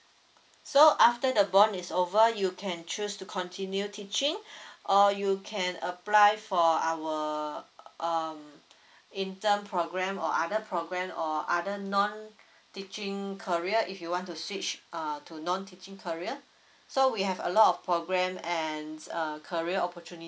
so after the bond is over you can choose to continue teaching or you can apply for our uh intern program or other program or other none teaching career if you want to switch err to non teaching career so we have a lot of program and err career opportuni~